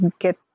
get